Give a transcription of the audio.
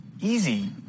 easy